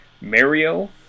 Mario